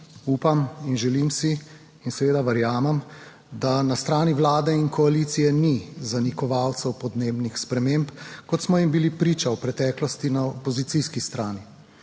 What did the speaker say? Upam in želim si in seveda verjamem, da na strani Vlade in koalicije ni zanikovalcev podnebnih sprememb, kot smo jim bili priča v preteklosti na opozicijski strani.